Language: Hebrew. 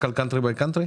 רק על country by country?